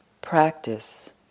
practice